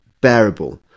bearable